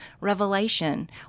Revelation